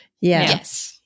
Yes